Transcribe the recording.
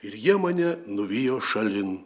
ir jie mane nuvijo šalin